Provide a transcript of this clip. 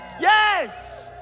Yes